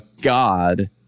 God